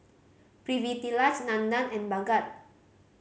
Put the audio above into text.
Pritiviraj Nandan and Bhagat